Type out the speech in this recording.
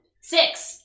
Six